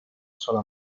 sola